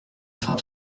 frappe